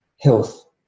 health